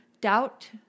doubt